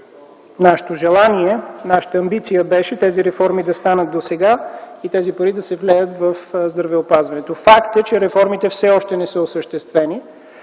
нашето желание, нашата амбиция беше тези реформи да станат досега и тези пари да се влеят в здравеопазването. Факт е, че реформите все още не са осъществени.